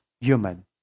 human